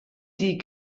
die